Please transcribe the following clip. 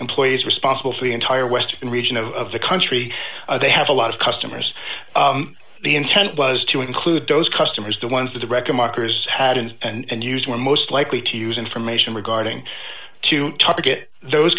employees responsible for the entire western region of the country they have a lot of customers the intent was to include those customers the ones that the recommenders had and used were most likely to use information regarding to target those